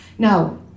Now